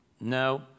No